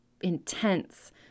intense